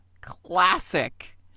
classic